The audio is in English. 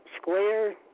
square